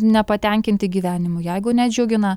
nepatenkinti gyvenimu jeigu nedžiugina